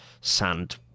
sand